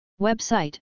Website